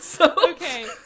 Okay